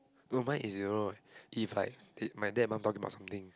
no mine is you know right if like if my dad and mom talking about something